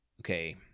okay